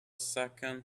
second